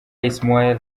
ismail